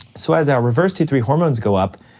so as our reverse t three hormones go up,